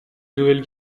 nouvelle